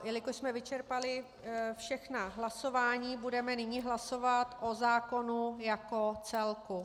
Jelikož jsme vyčerpali všechna hlasování, budeme nyní hlasovat o zákonu jako celku.